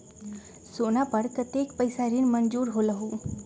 सोना पर कतेक पैसा ऋण मंजूर होलहु?